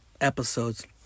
episodes